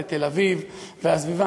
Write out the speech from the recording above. לתל-אביב והסביבה,